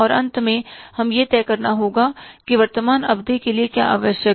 अंत में हमें यह तय करना होगा कि वर्तमान अवधि के लिए क्या आवश्यक है